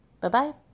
Bye-bye